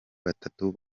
batatu